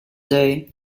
day